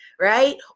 right